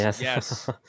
yes